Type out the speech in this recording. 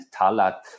Talat